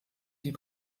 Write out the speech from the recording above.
die